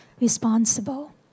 responsible